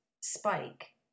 Spike